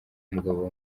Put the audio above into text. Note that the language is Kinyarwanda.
umugabo